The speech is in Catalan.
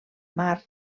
mar